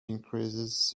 increases